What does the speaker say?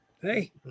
Hey